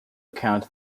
account